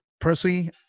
Personally